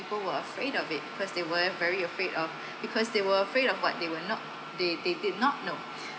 people were afraid of it cause they were very afraid of because they were afraid of what they were not they they did not know